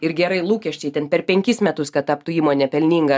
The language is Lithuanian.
ir gerai lūkesčiai ten per penkis metus kad taptų įmonė pelninga